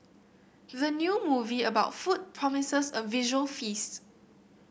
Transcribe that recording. the new movie about food promises a visual feast